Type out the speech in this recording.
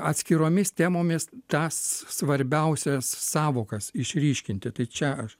atskiromis temomis tas svarbiausias sąvokas išryškinti tai čia aš